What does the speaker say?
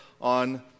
on